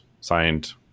signed